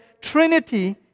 Trinity